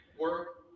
work